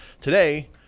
today